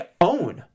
own